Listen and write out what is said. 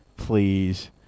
please